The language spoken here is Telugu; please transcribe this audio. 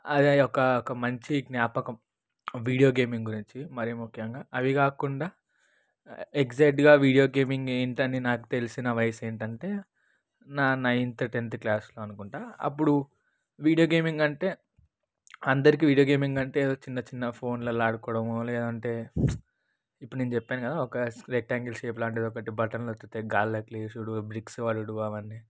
అదే ఒక మంచి జ్ఞాపకం వీడియో గేమింగ్ గురించి మరి ముఖ్యంగా అది కాకుండా ఎక్సక్టుగా వీడియో గేమింగ్ ఏంటి అని నాకు తెలిసిన వయసు ఏంటంటే నా నైన్త్ టెంత్ క్లాస్లో అనుకుంటాను అప్పుడు వీడియో గేమింగ్ అంటే అందరికీ వీడియో గేమింగ్ అంటే చిన్న చిన్న ఫోన్లలో ఆడుకోవడము లేదంటే ఇప్పుడు నేను చెప్పాను కదా ఒక రెక్టాంగిల్ షేప్ లాంటిది ఒక బటన్ నొక్కితే గాలులోకి లేచుడు బ్రిక్స్ పడుడు అవన్నీ